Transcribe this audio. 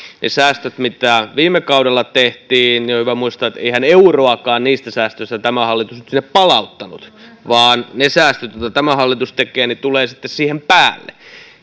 niistä säästöistä mitä viime kaudella tehtiin on hyvä muistaa että eihän euroakaan niistä tämä hallitus ole palauttanut vaan ne säästöt joita tämä hallitus tekee tulevat sitten siihen päälle